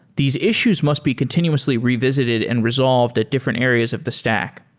these issues must be continuously revisited and resolved at different areas of the stack.